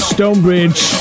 Stonebridge